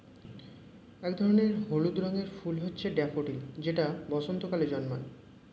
এক ধরনের হলুদ রঙের ফুল হচ্ছে ড্যাফোডিল যেটা বসন্তকালে জন্মায়